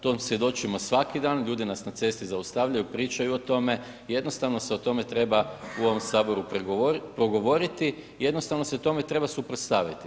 Tom svjedočimo svaki dan, ljudi nas na cesti zaustavljaju, pričaju o tome, jednostavno se o tome treba u ovom Saboru progovoriti, jednostavno se tome treba suprotstaviti.